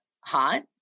hot